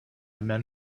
man